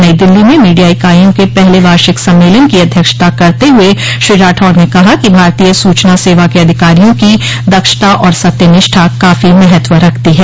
नई दिल्ली में मीडिया इकाइयों के पहले वार्षिक सम्मेलन की अध्यक्षता करते हुए श्री राठौड़ ने कहा कि भारतीय सूचना सेवा क अधिकारियों की दक्षता और सत्यनिष्ठा काफी महत्व रखती हैं